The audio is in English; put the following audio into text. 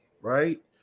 Right